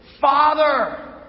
Father